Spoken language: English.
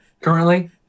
Currently